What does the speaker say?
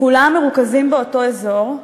כולם מרוכזים באותו אזור,